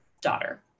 daughter